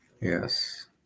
Yes